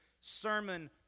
sermon